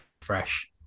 Fresh